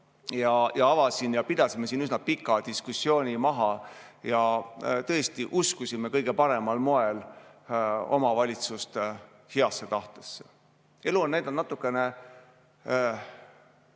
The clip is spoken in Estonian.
ettekandja, me pidasime siin üsna pika diskussiooni maha ja tõesti uskusime kõige paremal moel omavalitsuste heasse tahtesse. Elu on näidanud natukene